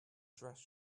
dress